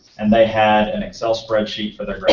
and they had an excel spreadsheet for their grades.